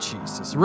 Jesus